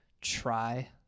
try